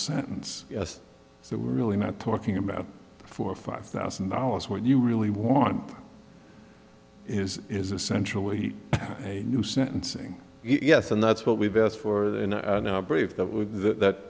sentence so we're really not talking about four or five thousand dollars when you really want his is essential he a new sentencing yes and that's what we've asked for in our brief that